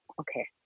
okay